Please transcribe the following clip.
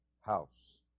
house